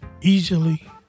easily